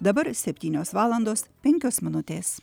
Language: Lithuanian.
dabar septynios valandos penkios minutės